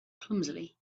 clumsily